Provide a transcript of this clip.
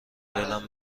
دلم